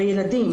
וילדים,